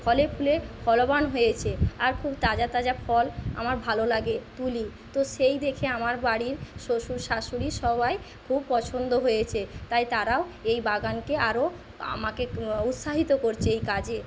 ফলে ফুলে ফলবান হয়েছে আর খুব তাজা তাজা ফল আমার ভালো লাগে তুলি তো সেই দেখে আমার বাড়ির শ্বশুর শাশুড়ি সবাই খুব পছন্দ হয়েছে তাই তারাও এই বাগানকে আরো আমাকে উৎসাহিত করছে এই কাজে